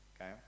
Okay